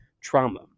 trauma